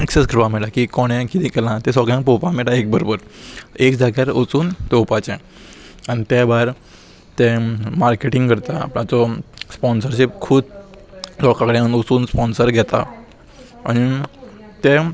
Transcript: access करपा मेळटा की कोणें किदें केलां तें सगळ्यांक पळोवपा मेळटा एक बरोबर एक जाग्यार वचून पळोवपाचें आनी ते भायर तें मार्केटींग करता आपणाचो स्पोन्सरशीप खूब लोकां कडेन वचून स्पोन्सर घेता आनी ते